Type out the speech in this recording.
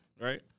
right